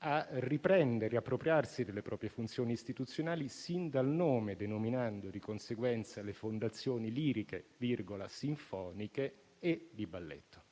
a riappropriarsi delle proprie funzioni istituzionali sin dal nome, denominando di conseguenza le fondazioni in liriche, sinfoniche e di balletto.